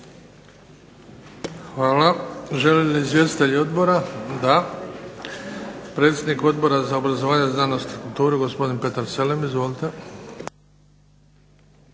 Hvala. Žele li izvjestitelji odbora? Da. Predsjednik Odbora za obrazovanje, znanost i kulturu, gospodin Petar Selem. Izvolite.